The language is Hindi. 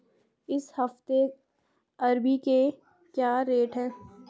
इस हफ्ते अरबी के क्या रेट हैं?